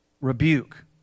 rebuke